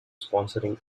sponsoring